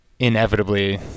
inevitably